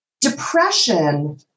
Depression